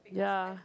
ya